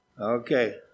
Okay